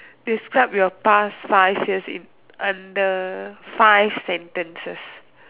describe your past five years in under five sentences